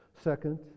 Second